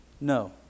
No